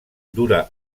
dura